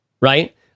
right